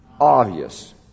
obvious